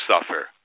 suffer